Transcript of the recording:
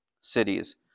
cities